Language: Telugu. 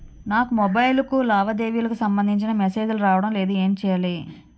నాకు మొబైల్ కు లావాదేవీలకు సంబందించిన మేసేజిలు రావడం లేదు ఏంటి చేయాలి?